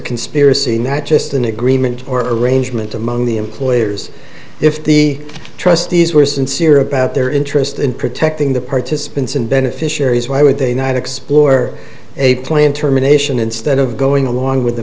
conspiracy and that just an agreement or arrangement among the employers if the trustees were sincere about their interest in protecting the participants and beneficiaries why would they not explore a plan terminations instead of going along with the